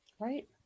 Right